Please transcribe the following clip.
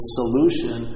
solution